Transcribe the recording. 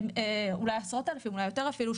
אולי עשרות אלפים ואולי יותר אפילו,